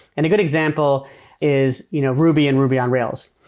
and a good example is you know ruby and ruby on rails.